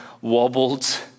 wobbled